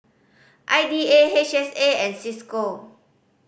I D A H S A and Cisco